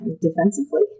defensively